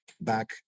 back